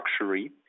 luxury